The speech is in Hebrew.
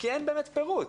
כי אין באמת פירוט.